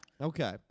Okay